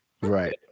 right